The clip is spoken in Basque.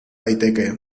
daiteke